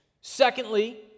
Secondly